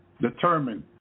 Determined